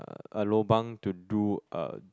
a lobang to do a